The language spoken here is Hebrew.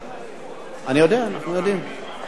יודעים, ברור.